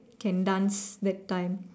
can dance that time